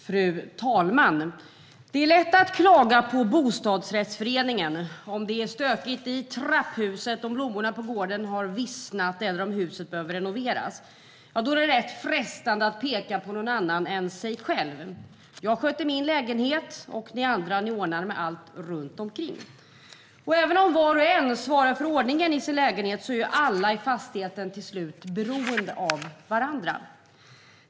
Fru talman! Det är lätt att klaga på bostadsrättsföreningen. Om det är stökigt i trapphuset, om blommorna på gården har vissnat eller om huset behöver renoveras är det rätt frestande att peka på någon annan än sig själv. "Jag sköter min lägenhet, och ni andra ordnar med allt runt omkring." Men även om var och en svarar för ordningen i sin lägenhet är ju alla i fastigheten till slut beroende av varandra.